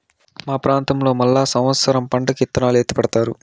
మా ప్రాంతంలో మళ్ళా సమత్సరం పంటకి ఇత్తనాలు ఎత్తిపెడతారు